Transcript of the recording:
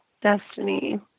Destiny